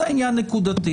זה עניין נקודתי.